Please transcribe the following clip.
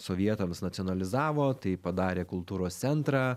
sovietams nacionalizavo tai padarė kultūros centrą